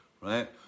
right